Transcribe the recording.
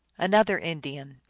another indian.